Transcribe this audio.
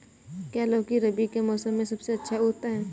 क्या लौकी रबी के मौसम में सबसे अच्छा उगता है?